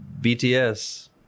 BTS